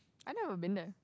I've never been there